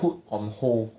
put on hold